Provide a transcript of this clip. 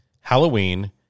Halloween